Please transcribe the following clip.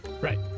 Right